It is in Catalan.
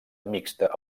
mixta